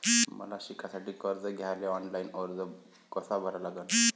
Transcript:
मले शिकासाठी कर्ज घ्याले ऑनलाईन अर्ज कसा भरा लागन?